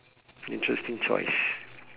interesting choice